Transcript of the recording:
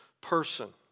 person